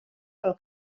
pel